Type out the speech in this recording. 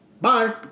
Bye